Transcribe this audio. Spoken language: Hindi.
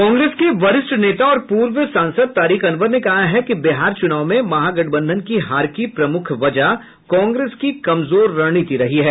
कांग्रेस के वरिष्ठ नेता और पूर्व सांसद तारिक अनवर ने कहा है कि बिहार चुनाव में महागठबंधन की हार की प्रमुख वजह कांग्रेस की कमजोर रणनीति रही है